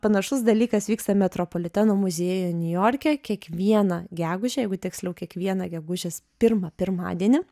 panašus dalykas vyksta metropoliteno muziejuj niujorke kiekvieną gegužę jeigu tiksliau kiekvieną gegužės pirmą pirmadienį